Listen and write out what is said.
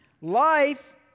Life